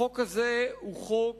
החוק הזה הוא חוק